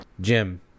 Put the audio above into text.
jim